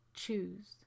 choose